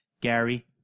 Gary